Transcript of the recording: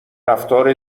رفتار